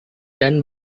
dan